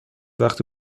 وقتی